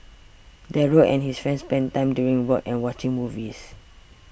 Daryl and his friends spent time doing work and watching movies